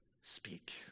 speak